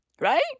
Right